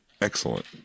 Excellent